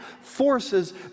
forces